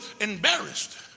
embarrassed